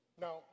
Now